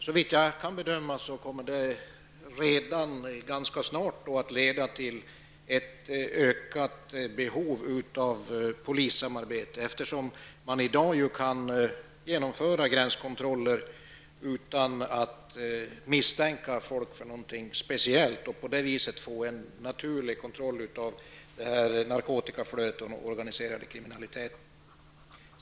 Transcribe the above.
Såvitt jag kan bedöma kommer det redan ganska snart att leda till ett ökat behov av polissamarbete, eftersom man i dag kan genomföra gränskontroller utan att misstänka folk för något speciellt och på det viset få en naturlig kontroll av narkotikaflödet och den organiserade kriminaliteten.